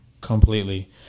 completely